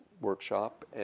workshop